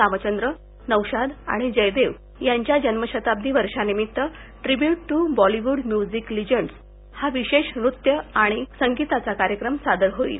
रामचंद्र नौशाद आणि जयदेव यांच्या जन्मशताब्दी वर्षानिमित्त tribute to Bollywood music legends हा विशेष नृत्य संगीताचा कार्यक्रम सादर होईल